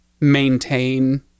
maintain